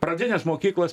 pradinės mokyklos